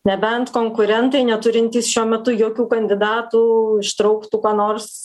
nebent konkurentai neturintys šiuo metu jokių kandidatų ištrauktų ko nors